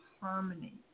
harmony